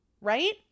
right